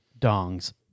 Dongs